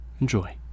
Enjoy